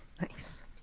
Nice